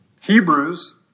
Hebrews